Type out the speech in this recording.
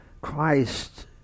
Christ